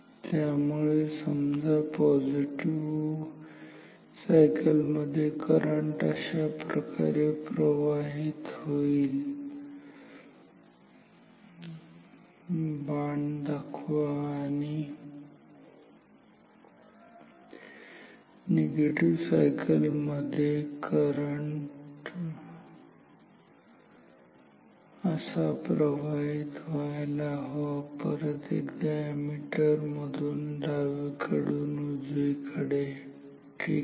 त्यामुळे समजा positive cycle मध्ये करंट अशाप्रकारे प्रवाहित होईल बाण दाखवा आणि निगेटिव्ह सायकल मध्ये मला करंट असा प्रवाहित प्रवाहित व्हायला हवा परत एकदा अॅमीटर मधून डावीकडून उजवीकडे ठीक आहे